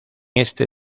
este